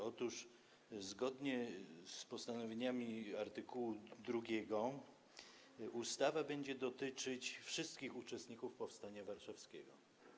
Otóż zgodnie z postanowieniami art. 2 ustawa będzie dotyczyć wszystkich uczestników powstania warszawskiego.